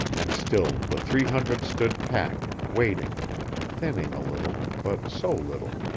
and still the three hundred stood packed, waiting thinning a little, but so little.